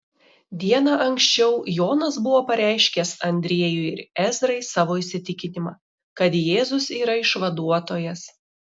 diena anksčiau jonas buvo pareiškęs andriejui ir ezrai savo įsitikinimą kad jėzus yra išvaduotojas